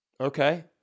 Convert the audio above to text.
Okay